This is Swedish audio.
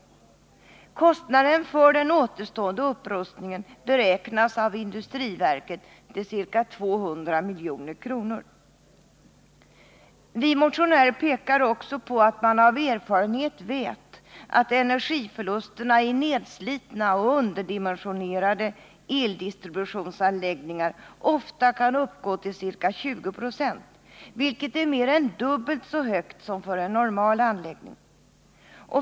Kostnaden för den återstående upprustningen beräknas av industriverket till ca 200 milj.kr. Vi motionärer pekar också på att man av erfarenhet vet att energiförlusterna i nedslitna och underdimensionerade eldistributionsanläggningar ofta kan uppgå till ca 20 20, vilket är mer än dubbelt så högt som för en normal anläggning.